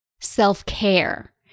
self-care